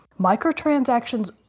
microtransactions